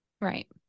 Right